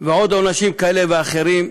ועוד עונשים כאלה ואחרים.